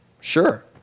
Sure